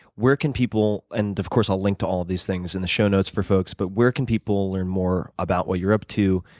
where can people, and of course i'll link to all of these things in the show notes for folks, but where can people learn more about what you're up to?